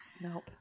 Nope